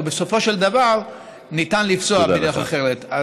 בסופו של דבר ניתן לפסוע בדרך אחרת.